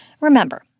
remember